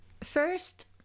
First